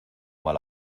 mal